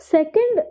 Second